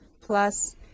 plus